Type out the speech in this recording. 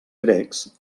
grecs